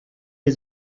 les